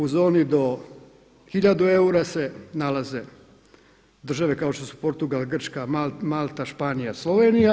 U zoni do hiljadu eura se nalaze države kao što su Portugal, Grčka, Malta, Španija, Slovenija.